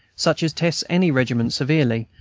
such as tests any regiment severely,